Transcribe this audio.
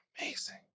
Amazing